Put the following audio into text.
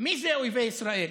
מי זה אויבי ישראל?